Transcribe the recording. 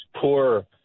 poor